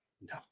no